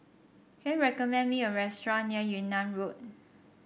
can you recommend me a restaurant near Yunnan Road